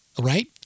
right